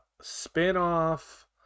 spin-off